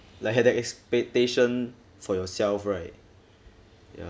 like had that expectation for yourself right ya